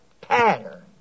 pattern